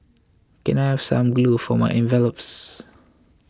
can I have some glue for my envelopes